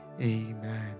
amen